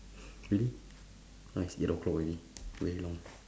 really now is eight O clock already very long